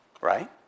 Right